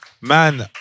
man